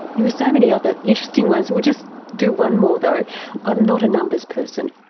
you know so many other interesting ones, we'll just do one more though i'm not a numbers person.